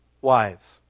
wives